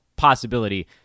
possibility